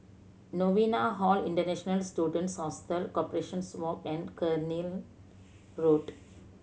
Novena Hall International Students Hostel Corporations Walk and Cairnhill Road